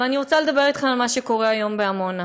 אבל אני רוצה לדבר אתך על מה שקורה היום בעמונה,